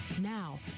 Now